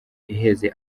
iheze